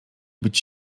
być